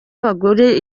abagore